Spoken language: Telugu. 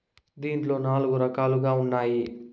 దీంట్లో నాలుగు రకాలుగా ఉన్నాయి